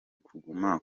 kuguma